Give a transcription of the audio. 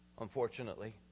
unfortunately